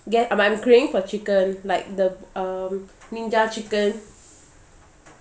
get uh but I'm craving for chicken like the um ninja chicken